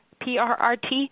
PRRT